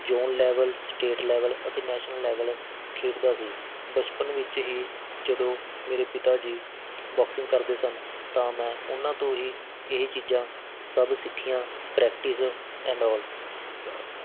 zone level state level ਅਤੇ national level ਖੇਡਦਾ ਸੀ ਬਚਪਨ ਵਿੱਚ ਹੀ ਜਦੋਂ ਮੇਰੇ ਪਿਤਾ ਜੀ ਬੋਕਸਿੰਗ ਕਰਦੇ ਸਨ ਤਾਂ ਮੈਂ ਉਹਨਾਂ ਤੋਂ ਹੀ ਇਹੀ ਚੀਜ਼ਾਂ ਸਭ ਸਿੱਖੀਆਂ ਪ੍ਰੈਕਟਿਸ ਐਂਡ ਓਲ